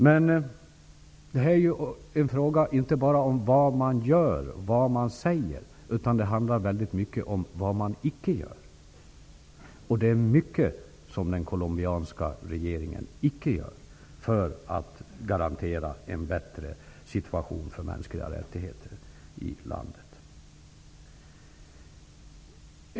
Men detta är inte bara en fråga om vad man gör och säger. Det handlar i hög grad om vad man inte gör, och det är mycket som den colombianska regeringen inte gör för att garantera en bättre situation vad gäller de mänskliga rättigheterna i landet.